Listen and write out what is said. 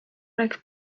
oleks